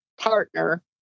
partner